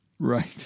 Right